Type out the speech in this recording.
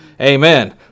Amen